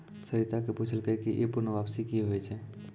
सरिता पुछलकै ई पूर्ण वापसी कि होय छै?